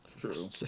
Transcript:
True